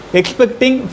expecting